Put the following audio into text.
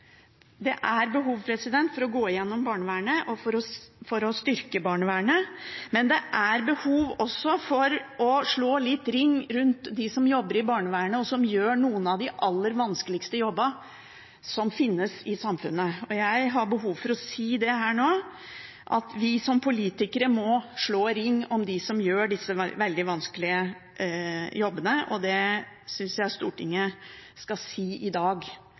Det er behov for å gå igjennom og styrke barnevernet, men det er også behov for å slå litt ring rundt dem som jobber i barnevernet, og som gjør noen av de aller vanskeligste jobbene som finnes i samfunnet. Og jeg har behov for å si det her nå, at vi som politikere må slå ring om dem som gjør disse veldig vanskelige jobbene. Det synes jeg Stortinget skal si i dag.